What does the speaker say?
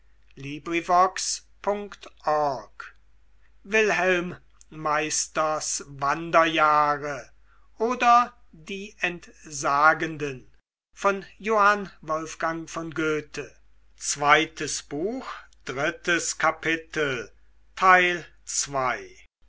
wilhelm meisters wanderjahre oder die entsagenden